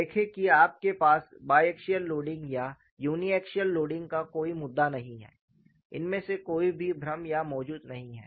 देखें कि आपके पास बायक्सिअल लोडिंग या यूनिएक्सियल लोडिंग का कोई मुद्दा नहीं है इनमें से कोई भी भ्रम यहां मौजूद नहीं है